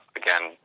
again